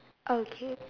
okay